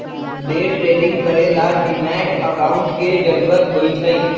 day trading करे ला demat account के जरूरत होई छई